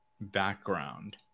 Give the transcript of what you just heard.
background